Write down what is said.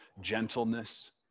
gentleness